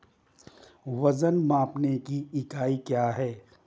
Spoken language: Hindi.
वजन मापने की इकाई क्या है?